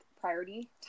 priority